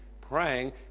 Praying